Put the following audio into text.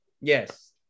yes